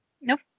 Nope